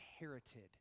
inherited